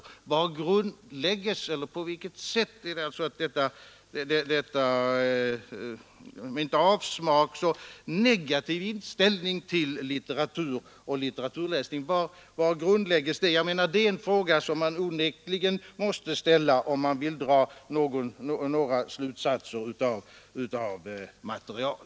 På vilket sätt grundläggs denna om inte avsmak för så i varje fall negativa inställning till litteratur och litteraturläsning? Var grundläggs denna inställning? Det är frågor som man onekligen måste ställa, om man vill dra några slutsatser av det material som här redovisas.